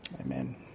amen